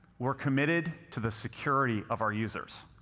we're committed to the security of our users.